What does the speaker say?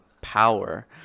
power